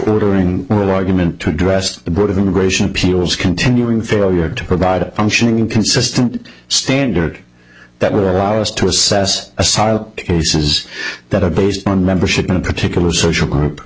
ordering oral argument to address to the board of immigration appeals continuing failure to provide a functioning consistent standard that would allow us to assess asylum cases that are based on membership in a particular social group